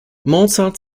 mozart